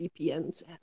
VPNs